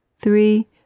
three